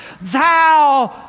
thou